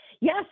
Yes